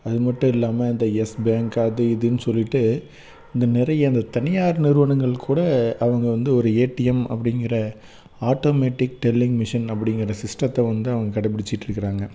அது மட்டும் இல்லாமல் இந்த யெஸ் பேங்க் அது இது சொல்லிவிட்டு இந்த நிறைய அந்த தனியார் நிறுவனங்கள்கூட அவங்க வந்து ஒரு ஏடிஎம் அப்படிங்குற ஆட்டோமேட்டிக் டெல்லிங் மிஷின் அப்படிங்குற சிஸ்டத்தை வந்து அவங்க கடப்பிடிச்சிட்ருக்குறாங்க